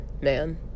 man